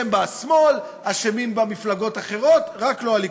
אשם בשמאל, אשמים במפלגות אחרות, רק לא הליכוד.